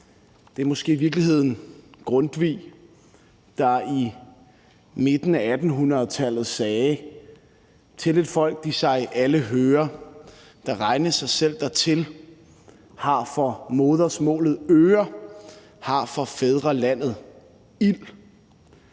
bedst, i virkeligheden Grundtvig, der er i midten af 1800-tallet sagde: »Til ét folk de alle høre,/som sig regne selv dertil,/har for modersmålet øre,/har for fædrelandet ild«.